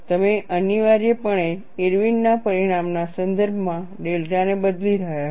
તમે અનિવાર્યપણે ઇરવિનના Irwin's પરિણામના સંદર્ભમાં ડેલ્ટા ને બદલી રહ્યા છો